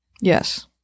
Yes